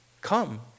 Come